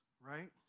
right